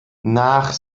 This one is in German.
nach